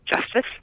justice